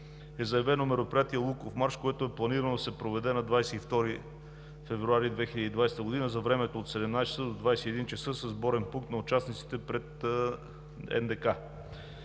е заявено мероприятие Луковмарш, което е планирано да се проведе на 22 февруари 2020 г. за времето от 17,00 ч. до 21,00 ч. със сборен пункт на участниците пред НДК.